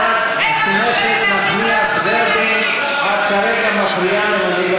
חברת הכנסת נחמיאס ורבין, את כרגע מפריעה למנהיג